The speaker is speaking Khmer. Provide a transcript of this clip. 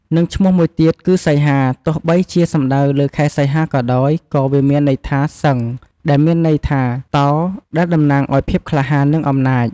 និងឈ្មោះមួយទៀតគឺសីហា ទោះបីជាសំដៅលើខែសីហាក៏ដោយ វាក៏មានន័យថា សិង្ហ ដែលមានន័យថា តោ ដែលតំណាងឲ្យភាពក្លាហាន និងអំណាច។